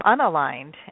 unaligned